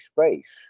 space